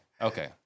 Okay